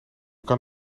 kan